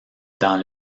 dans